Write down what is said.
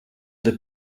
the